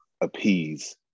appease